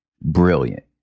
brilliant